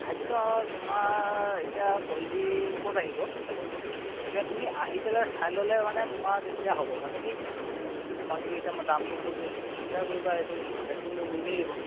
হাইব্ৰীডৰ তোমাৰ এতিয়া আহিব এতিয়া তুমি আহি পেলাই চাই ল'লে মানে তোমাৰ তেতিয়া হ'ব মানে কি তোমাক যদি এতিয়া মই দামটো কৈ দিওঁ তুমি চিন্তা কৰিবা এইটো ৰেটটো মোৰ নিমিলিব